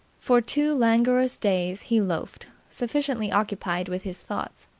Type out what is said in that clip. for two languorous days he loafed, sufficiently occupied with his thoughts.